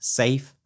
safe